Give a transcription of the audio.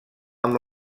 amb